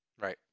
Right